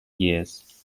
years